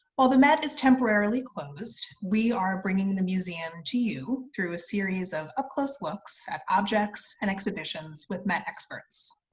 while the met is temporarily closed, we are bringing the museum to you through a series of up-close looks at objects and exhibitions with met experts.